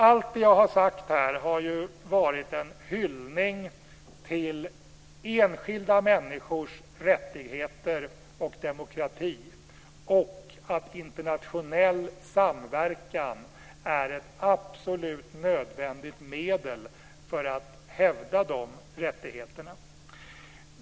Allt det jag har sagt här har ju varit en hyllning till enskilda människors rättigheter och demokratin. Internationell samverkan är ett absolut nödvändigt medel för att hävda dessa rättigheter.